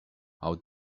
how